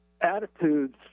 attitudes